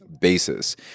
basis